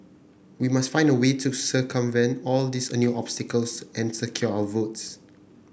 we must find a way to circumvent all these a new obstacles and secure our votes